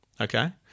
Okay